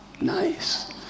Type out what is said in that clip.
nice